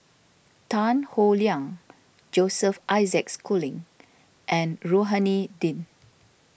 Tan Howe Liang Joseph Isaac Schooling and Rohani Din